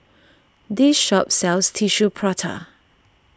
this shop sells Tissue Prata